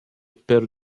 père